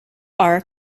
are